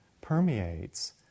permeates